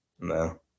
No